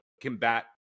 combat